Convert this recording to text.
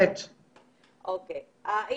יש